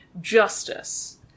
justice